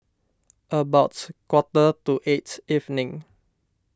about quarter to eight evening